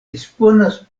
disponas